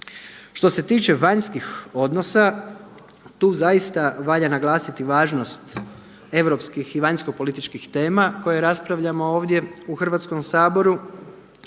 Što se tiče vanjskih odnosa tu zaista valja naglasiti važnost europskih i vanjsko-političkih tema koje raspravljamo ovdje u Hrvatskom saboru,